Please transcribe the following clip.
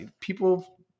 people